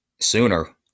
sooner